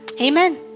Amen